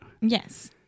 Yes